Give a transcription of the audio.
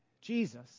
Jesus